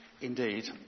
indeed